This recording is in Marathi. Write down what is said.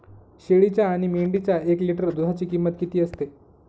शेळीच्या आणि मेंढीच्या एक लिटर दूधाची किंमत किती असते?